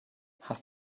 hast